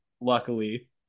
luckily